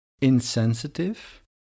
insensitive